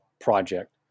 project